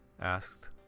asked